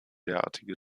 derartige